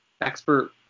expert